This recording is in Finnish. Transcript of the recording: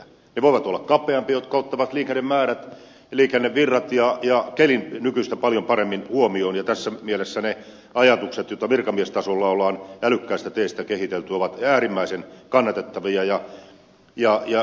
ne voivat olla kapeampia teitä jotka ottavat liikennemäärät ja liikennevirrat ja kelin nykyistä paljon paremmin huomioon ja tässä mielessä ne ajatukset joita virkamiestasolla on älykkäistä teistä kehitelty ovat äärimmäisen kannatettavia